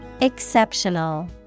Exceptional